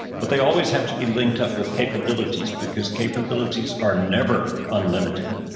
but they always have to be linked up with capabilities because capabilities are never unlimited.